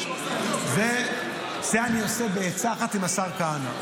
את זה אני עושה בעצה אחת עם מתן כהנא.